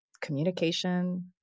communication